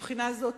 מבחינה זאת,